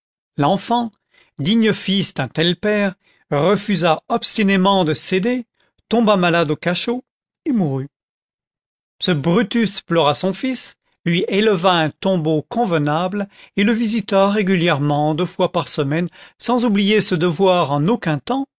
l'enfant digne fils d'un tel père refusa obstinément de céder tomba malade au cachot et mourut ce brutus pleura son fils lui éleva un tombeau convenable et le visita régulièrement deux fois par semaine sans oublier ce devoir en aucun temps